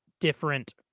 different